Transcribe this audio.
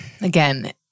again